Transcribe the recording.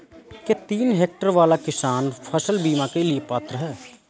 क्या तीन हेक्टेयर वाला किसान फसल बीमा के लिए पात्र हैं?